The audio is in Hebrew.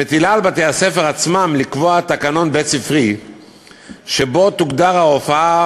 מטילה על בתי-הספר עצמם לקבוע תקנון בית-ספרי שבו תוגדר ההופעה,